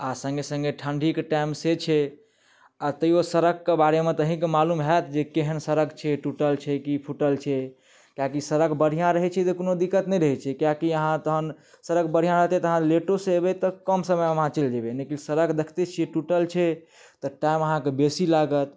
आ सङ्गे सङ्गे ठंढीके टाइम से छै आ तैयो सड़कके बारेमे तऽअहींँके मालुम होएत जे केहन सड़क छै टूटल छै कि फुटल छै किएकि सड़क बढ़िआँ रहै छै तऽ कोनो दिक्कत नहि रहैत छै किएकि अहाँ तहन सड़क बढ़िआँ रहतै तऽअहाँ लेटोसे अबै तऽ कम समयमे अहाँ चलि जयबै लेकिन सड़क देखते छियै टुटल छै तऽ टाइम अहाँके बेसी लागत